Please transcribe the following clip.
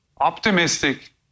optimistic